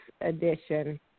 edition